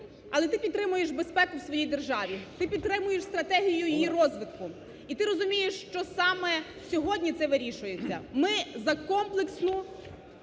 але ти підтримуєш безпеку в своїй державі, ти підтримуєш стратегію її розвитку, і ти розумієш, що саме сьогодні це вирішується. Ми за комплексну